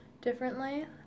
differently